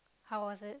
how was it